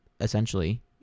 essentially